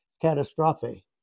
Catastrophe